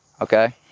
okay